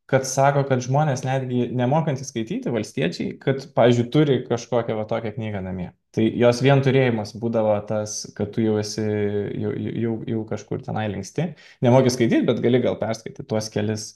kad sako kad žmonės netgi nemokantys skaityti valstiečiai kad pavyzdžiui turi kažkokią va tokią knygą namie tai jos vien turėjimas būdavo tas kad tu jau esi jau jau kažkur tenai linksti nemoki skaityti bet gali gal perskaityti tuos kelis